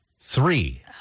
Three